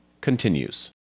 continues